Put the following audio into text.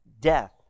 death